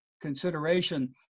consideration